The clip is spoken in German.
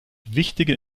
wichtige